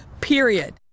period